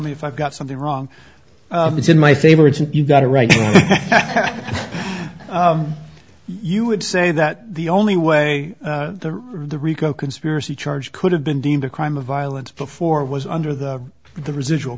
me if i've got something wrong it's in my favor it's and you got it right you would say that the only way that the rico conspiracy charge could have been deemed a crime of violence before was under the the residual